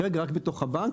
כרגע זה רק בתוך הבנק,